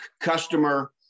customer